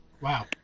Wow